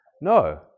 No